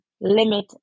limit